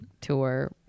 tour